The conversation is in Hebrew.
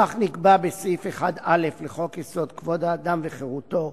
כך נקבע בסעיף 1(א) לחוק-יסוד: כבוד האדם וחירותו,